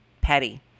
petty